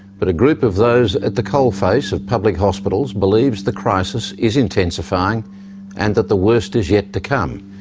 but a group of those at the coalface of public hospitals believes the crisis is intensifying and that the worst is yet to come.